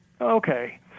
Okay